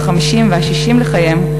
ה-50 וה-60 לחייהם,